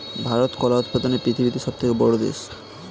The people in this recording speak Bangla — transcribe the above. ভারত কলা উৎপাদনে পৃথিবীতে সবথেকে বড়ো দেশ